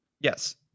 Yes